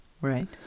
Right